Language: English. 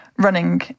running